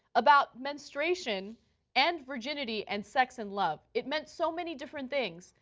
about menstruation and virginity and sex and love. it meant so many different things.